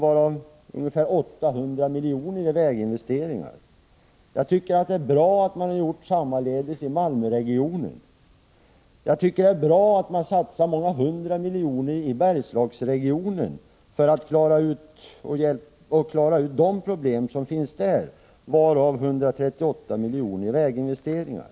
Av de pengarna går ungefär 800 milj.kr. till väginvesteringar. Jag tycker att det är bra att man har gjort sammaledes när det gäller Jag tycker att det är bra att man satsar många hundra miljoner i Bergslagsregionen för att klara de problem som finns där. Av dessa pengar har 138 milj.kr. avsatts för väginvesteringar.